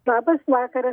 labas vakaras